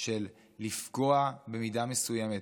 של לפגוע במידה מסוימת